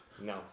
No